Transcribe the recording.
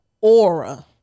aura